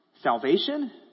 salvation